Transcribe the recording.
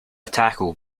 taco